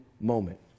moment